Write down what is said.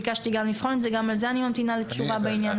גם בעניין הזה אני מחכה לתשובה.